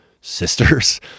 sisters